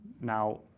Now